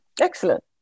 Excellent